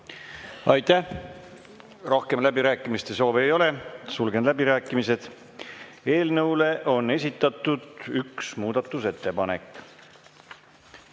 Aitäh! Rohkem läbirääkimiste soovi ei ole, sulgen läbirääkimised. Eelnõu kohta on esitatud üks muudatusettepanek.